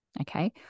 okay